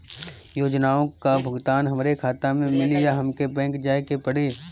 योजनाओ का भुगतान हमरे खाता में मिली या हमके बैंक जाये के पड़ी?